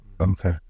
Okay